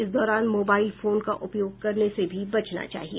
इस दौरान mobile phone का उपयोग करने से भी बचना चाहिए